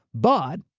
but,